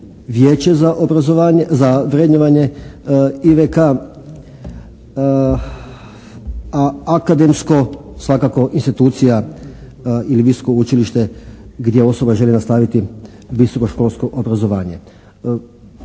za vrednovanje «IVK» a akademsko svakako institucija ili visoko učilište gdje osoba želi nastaviti visokoškolsko obrazovanje.